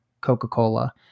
Coca-Cola